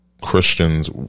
Christians